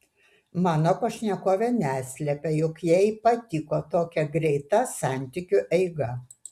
mano pašnekovė neslepia jog jai patiko tokia greita santykiu eiga